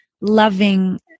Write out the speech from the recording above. loving